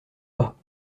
pas